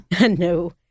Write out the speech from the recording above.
No